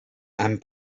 and